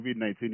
COVID-19